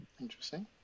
Interesting